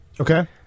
Okay